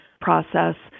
process